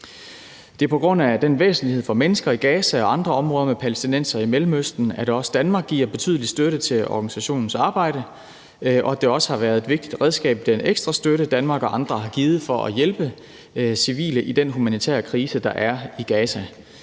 Det er på grund af den væsentlighed for mennesker i Gaza og andre områder med palæstinensere i Mellemøsten, at også Danmark giver en betydelig støtte til organisationens arbejde, og at det også har været et vigtigt redskab med den ekstra støtte, Danmark og andre har givet for at hjælpe civile i den humanitære krise, der er i Gaza,